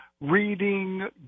reading